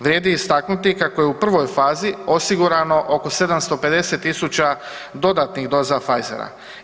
Vrijedi istaknuti kako je u prvoj fazi osigurano oko 750 000 dodatnih doza Pfizera.